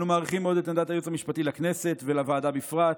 אנו מעריכים מאד את עמדת הייעוץ המשפטי לכנסת ולוועדה בפרט.